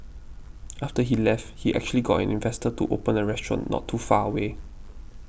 after he left he actually got an investor to open a restaurant not too far away